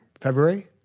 February